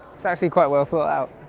it's actually quite well thought out